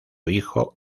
hijo